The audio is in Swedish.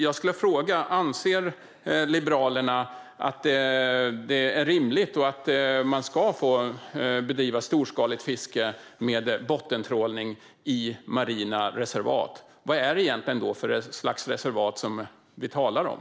Jag vill fråga: Anser Liberalerna att det är rimligt att man ska få bedriva storskaligt fiske med bottentrålning i marina reservat? Vad är det då för slags reservat som vi talar om?